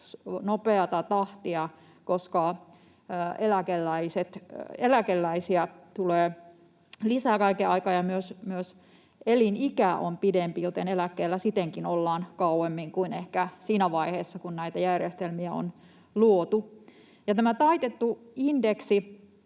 nopeata tahtia, koska eläkeläisiä tulee lisää kaiken aikaa ja myös elinikä on pidempi, joten eläkkeellä sitenkin ollaan kauemmin kuin ehkä siinä vaiheessa, kun näitä järjestelmiä on luotu. Ja tämä taitettu indeksi: